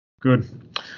Good